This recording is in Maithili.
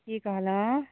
की कहलहऽ